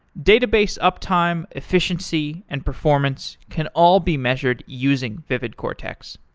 database uptime, efficiency, and performance can all be measured using vividcortex.